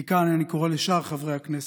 מכאן אני קורא לשאר חברי הכנסת: